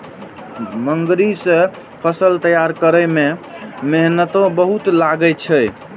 मूंगरी सं फसल तैयार करै मे मेहनतो बहुत लागै छै